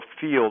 field